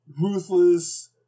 ruthless